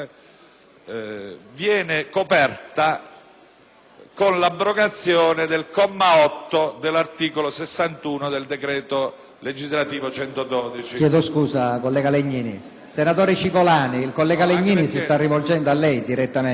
viene coperta con l'abrogazione del comma 8 dell'articolo 61 del decreto-legge n. 112. PRESIDENTE. Le chiedo scusa, collega Legnini. Senatore Cicolani, il collega Legnini si sta rivolgendo a lei direttamente.